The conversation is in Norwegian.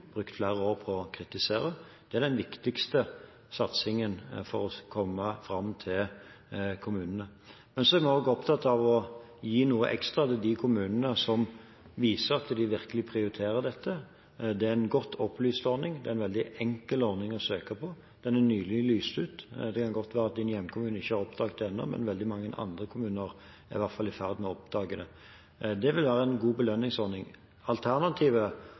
brukt flere år på å kritisere. Det er den viktigste satsingen for at de skal komme fram til kommunene. Men så er vi også opptatt av å gi noe ekstra til de kommunene som viser at de virkelig prioriterer dette. Det er en godt opplyst ordning, det er en veldig enkel ordning å søke på. Den er nylig lyst ut. Det kan godt være at din hjemkommune ikke har oppdaget det ennå, men veldig mange andre kommuner er i hvert fall i ferd med å oppdage det. Det vil være en god belønningsordning. Alternativet,